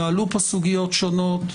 יעלו פה סוגיות שונות,